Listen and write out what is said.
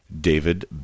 David